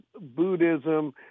buddhism